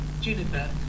Juniper